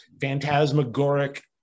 phantasmagoric